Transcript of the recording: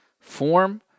form